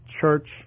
church